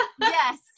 Yes